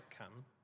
outcome